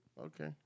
Okay